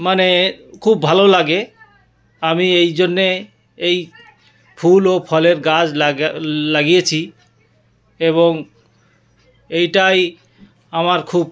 মানে খুব ভালো লাগে আমি এই জন্যে এই ফুল ও ফলের গাছ লাগা লাগিয়েছি এবং এইটাই আমার খুব